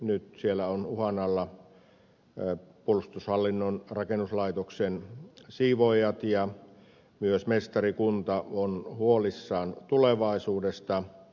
nyt siellä ovat uhan alla puolustushallinnon rakennuslaitoksen siivoojat ja myös mestarikunta on huolissaan tulevaisuudesta